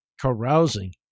carousing